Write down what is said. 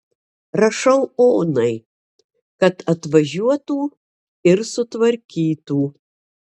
rašau onai kad atvažiuotų ir sutvarkytų